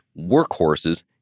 workhorses